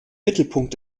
mittelpunkt